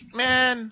man